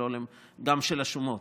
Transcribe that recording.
גם של השומות.